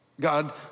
God